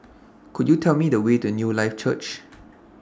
Could YOU Tell Me The Way to Newlife Church